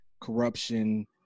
corruption